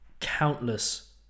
countless